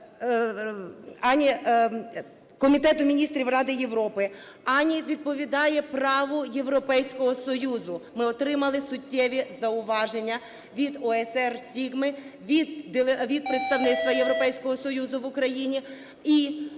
ані Комітету міністрів ради Європи, ані відповідає праву Європейського Союзу. Ми отримали суттєві зауваження від ОЕСР/SIGMA, від представництва Європейського Союзу в Україні.